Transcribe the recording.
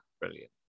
Brilliant